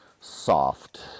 soft